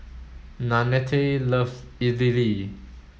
Nannette loves Idili